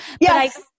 Yes